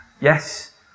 yes